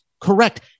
Correct